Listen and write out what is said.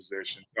position